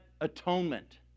atonement